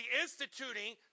instituting